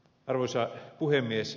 arvoisa puhemies